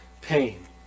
pain